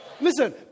Listen